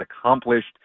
accomplished